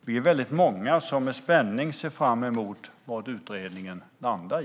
Vi är många som med spänning ser fram emot vad utredningen landar i.